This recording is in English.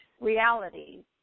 reality